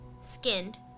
Skinned